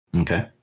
Okay